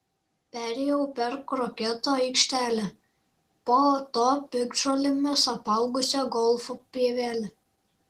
perėjau per kroketo aikštelę po to piktžolėmis apaugusią golfo pievelę